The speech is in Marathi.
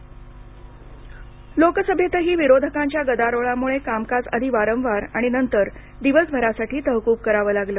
लोकसभा लोकसभेतही विरोधकांच्या गदारोळामुळे कामकाज आधी वारंवार आणि नंतर दिवसभरासाठी तहकूब करावं लागलं